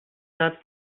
that